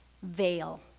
Veil